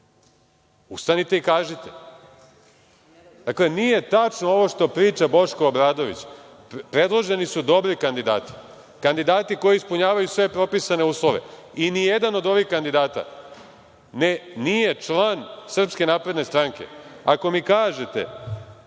ustanite i kažite. Dakle, nije tačno ovo što priča Boško Obradović, predloženi su dobri kandidati. Kandidati koji ispunjavaju sve propisane uslove i nijedan od ovih kandidata nije član SNS. Ako mi kažete